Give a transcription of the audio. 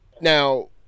Now